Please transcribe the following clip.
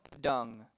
dung